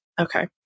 Okay